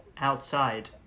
outside